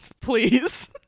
Please